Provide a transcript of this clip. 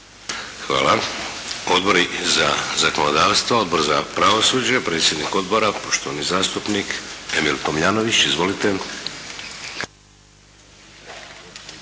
Hvala. Odbori za zakonodavstvo, Odbor za pravosuđe predsjednik odbora poštovani zastupnik Emil Tomljanović. Izvolite.